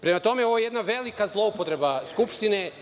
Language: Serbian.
Prema tome, ovo je jedna velika zloupotreba Skupštine.